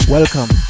Welcome